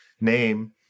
name